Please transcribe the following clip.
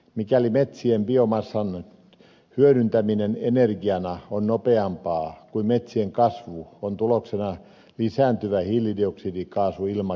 mikäli metsien biomassan hyödyntäminen energiana on nopeampaa kuin metsien kasvu on tuloksena lisääntyvä hiilidioksidikaasu ilmakehässä